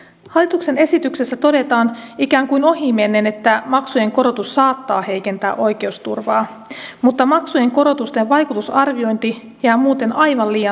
hallituksen esityksessä todetaan ikään kuin ohimennen että maksujen korotus saattaa heikentää oikeusturvaa mutta maksujen korotusten vaikutusarviointi jää muuten aivan liian ohueksi